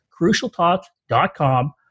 CrucialTalks.com